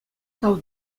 тав